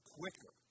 quicker